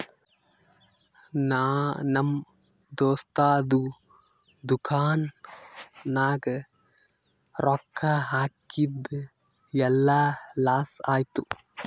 ನಾ ನಮ್ ದೋಸ್ತದು ದುಕಾನ್ ನಾಗ್ ರೊಕ್ಕಾ ಹಾಕಿದ್ ಎಲ್ಲಾ ಲಾಸ್ ಆಯ್ತು